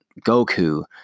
Goku